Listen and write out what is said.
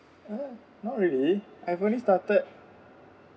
uh not really I have only started